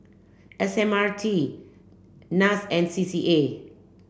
S M R T NAS and C C A